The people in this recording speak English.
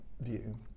view